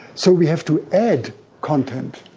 so we have to add content.